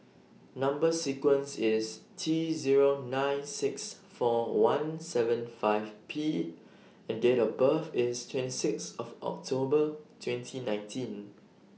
Number sequence IS T Zero nine six four one seven five P and Date of birth IS twenty six October twenty nineteen